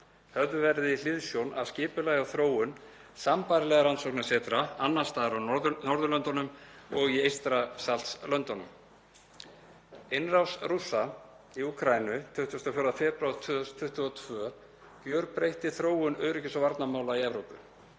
Höfð verði hliðsjón af skipulagi og þróun sambærilegra rannsóknasetra annars staðar á Norðurlöndunum og í Eystrasaltslöndunum. Innrás Rússa í Úkraínu 24. febrúar 2022 gjörbreytti þróun öryggis- og varnarmála í Evrópu,